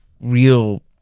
real